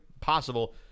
possible